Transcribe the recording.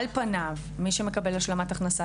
מי שמקבל השלמת הכנסה,